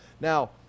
Now